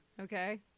Okay